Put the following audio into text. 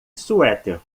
suéter